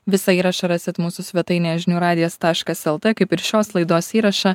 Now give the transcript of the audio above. visą įrašą rasit mūsų svetainėje žinių radijas taškas el tė kaip ir šios laidos įrašą